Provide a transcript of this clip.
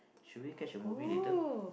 should we catch a movie later